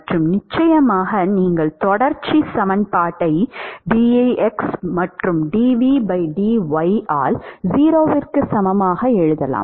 மற்றும் நிச்சயமாக நீங்கள் தொடர்ச்சி சமன்பாட்டை dx மற்றும் dv dy ஆல் 0க்கு சமமாக எழுதலாம்